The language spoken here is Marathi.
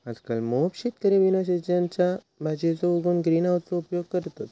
आजकल मोप शेतकरी बिना सिझनच्यो भाजीयो उगवूक ग्रीन हाउसचो उपयोग करतत